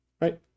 right